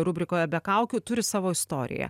rubrikoje be kaukių turi savo istoriją